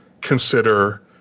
consider